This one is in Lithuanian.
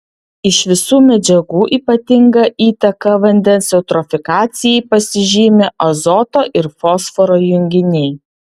iš visų medžiagų ypatinga įtaka vandens eutrofikacijai pasižymi azoto ir fosforo junginiai